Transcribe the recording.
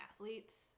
athletes